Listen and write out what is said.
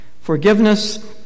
Forgiveness